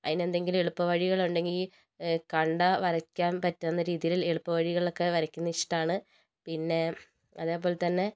അതിന് എന്തെങ്കിലും എളുപ്പവഴികൾ ഉണ്ടെങ്കിൽ കണ്ടാൽ വരയ്ക്കാൻ പറ്റുന്ന രീതിയിൽ എളുപ്പവഴികൾ ഒക്കെ വരയ്ക്കുന്നത് ഇഷ്ടമാണ് പിന്നെ അതേപോലെതന്നെ